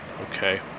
okay